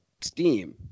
steam